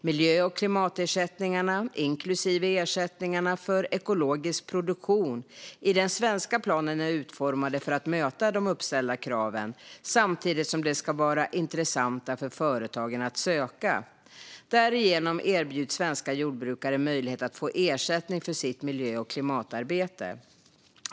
Miljö och klimatersättningarna, inklusive ersättningarna för ekologisk produktion, i den svenska planen är utformade för att möta de uppställda kraven, samtidigt som de ska vara intressanta för företagen att söka. Därigenom erbjuds svenska jordbrukare möjlighet att få ersättning för sitt miljö och klimatarbete.